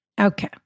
Okay